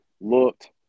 looked